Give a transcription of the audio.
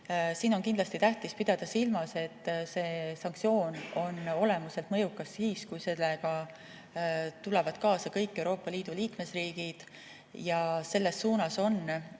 Siin on kindlasti tähtis pidada silmas, et see sanktsioon on olemuselt mõjukas siis, kui sellega tulevad kaasa kõik Euroopa Liidu liikmesriigid. Ja selles suunas on